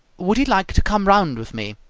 would he like to come round with me?